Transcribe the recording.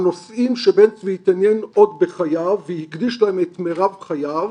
הנושאים שבן צבי התעניין עוד בחייו והקדיש להם את מרב חייו